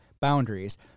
boundaries